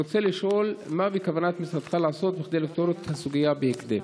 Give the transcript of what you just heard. רצוני לשאול: מה בכוונת משרדך לעשות כדי לפתור את הסוגיה בהקדם?